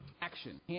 Action